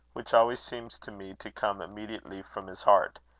which always seems to me to come immediately from his heart,